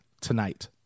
tonight